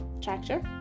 Tractor